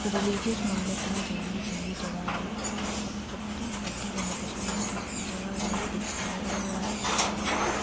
मतलब रिलिजियस मान्यता जेह्दी जुंदी जगहें दी तुस सबतूं बड्डी जम्मू कश्मीर दी जगह नेईं दिक्खी लैओ ओह् ऐ वैष्णो देवी